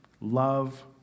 Love